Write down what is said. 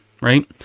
right